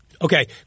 Okay